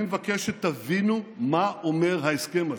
אני מבקש שתבינו מה אומר ההסכם הזה.